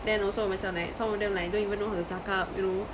then also macam like some of them like don't even know how to cakap you know